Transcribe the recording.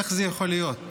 איך זה יכול להיות?